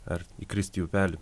ar įkrist į upelį